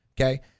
Okay